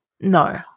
No